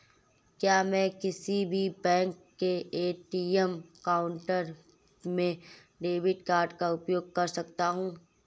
क्या मैं किसी भी बैंक के ए.टी.एम काउंटर में डेबिट कार्ड का उपयोग कर सकता हूं?